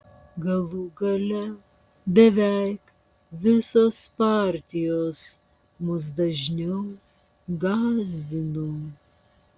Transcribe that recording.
galų gale beveik visos partijos mus dažniau gąsdino